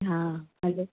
हाँ हलो